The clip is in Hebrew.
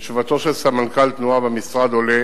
מתשובתו של סמנכ"ל תנועה במשרד עולה